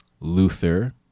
Luther